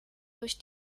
durch